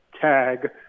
tag